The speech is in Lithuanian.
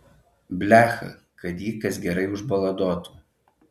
blecha kad jį kas gerai užbaladotų